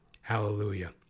hallelujah